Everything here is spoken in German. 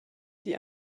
die